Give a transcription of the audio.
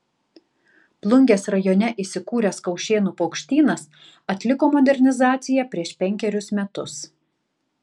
plungės rajone įsikūręs kaušėnų paukštynas atliko modernizaciją prieš penkerius metus